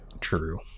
True